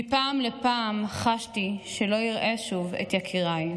מפעם לפעם חשתי שלא אראה שוב את יקיריי.